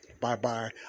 Bye-bye